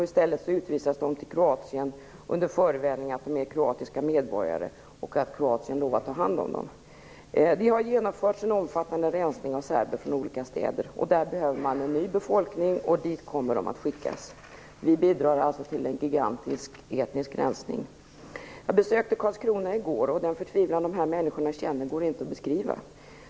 I stället utvisas de till Kroatien under förevändning att de är kroatiska medborgare och att Kroatien har lovat att ta hand om dem. Det har genomförts en omfattande rensning av serber från olika städer. I dessa städer behöver man en ny befolkning, och dit kommer nu dessa bosnier att skickas. Vi bidrar alltså till en gigantisk etnisk rensning. Jag besökte Karlskrona i går. Den förtvivlan som dessa människor känner går inte att beskriva.